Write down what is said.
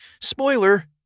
Spoiler